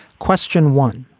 question one.